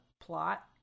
plot